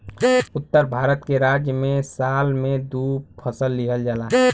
उत्तर भारत के राज्य में साल में दू फसल लिहल जाला